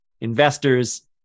investors